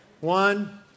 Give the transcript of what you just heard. One